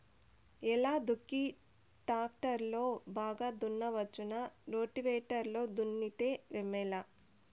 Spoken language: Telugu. ఎలా దుక్కి టాక్టర్ లో బాగా దున్నవచ్చునా రోటివేటర్ లో దున్నితే మేలా?